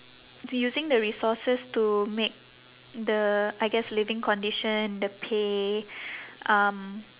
using the resources to make the I guess living condition the pay um